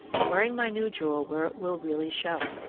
and wearing my new jewel where it will really show.